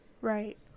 Right